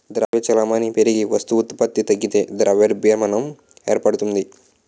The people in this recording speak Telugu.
ద్రవ్య చలామణి పెరిగి వస్తు ఉత్పత్తి తగ్గితే ద్రవ్యోల్బణం ఏర్పడుతుంది